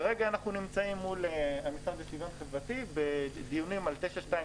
כרגע אנחנו נמצאים מול המשרד לשוויון חברתי בדיונים על 923,